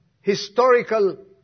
historical